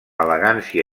elegància